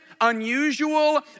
unusual